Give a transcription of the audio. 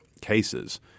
cases